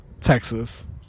Texas